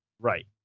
right